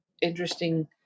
interesting